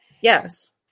yes